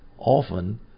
Often